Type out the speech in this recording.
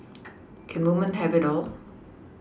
can women have it all